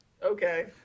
Okay